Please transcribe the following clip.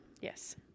Yes